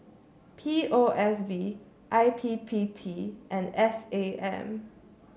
P O S B I P P T and S A M